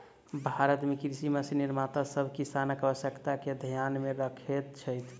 भारत मे कृषि मशीन निर्माता सभ किसानक आवश्यकता के ध्यान मे रखैत छथि